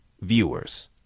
viewers